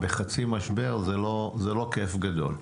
בחצי משבר זה לא כיף גדול.